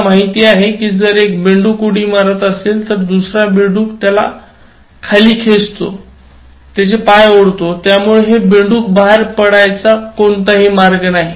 आपल्याला माहित आहे की जर एक बेडूक उडी मारत असेल तर दुसरा बेडूक त्यास खाली खेचतो त्यामुळे हे बेडूक बाहेर पडायचा कोणताही मार्ग नाही